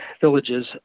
villages